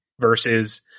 versus